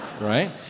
right